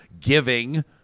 giving